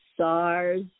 SARS